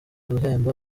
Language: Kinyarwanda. guhemba